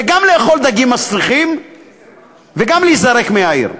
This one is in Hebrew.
זה גם לאכול דגים מסריחים וגם להיזרק מהעיר.